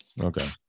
okay